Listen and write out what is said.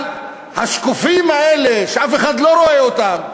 אבל השקופים האלה, שאף אחד לא רואה אותם,